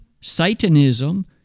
satanism